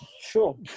sure